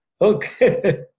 Okay